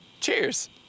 Cheers